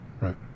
Right